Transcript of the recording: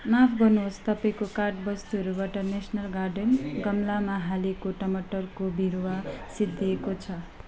माफ गर्नुहोस् तपाईँको कार्ट वस्तुहरूबाट नेसनल गार्डन गमलामा हालेको टमाटरको बिरुवा सिद्धिएको छ